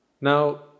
Now